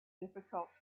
difficult